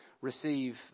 receive